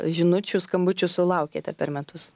žinučių skambučių sulaukiate per metus